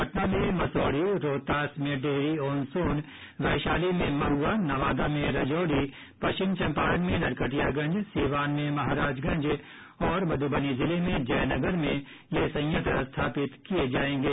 पटना में मसौढ़ी रोहतास में डेहरी ऑन सोन वैशाली में महुआ नवादा में रजौली पश्चिम चंपारण में नरकटियागंज सिवान में महाराजगंज और मध्बनी जिले में जयनगर में यह संयंत्र स्थापित किये जायेंगे